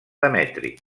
demetri